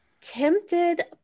tempted